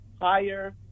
higher